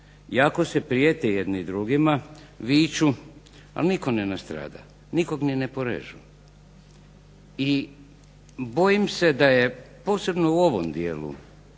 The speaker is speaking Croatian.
jako se prijete jedni drugima, viču, a nitko ne nastrada, nikog ni ne porežu. I bojim se da je posebno u ovom dijelu